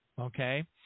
Okay